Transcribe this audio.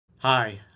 Hi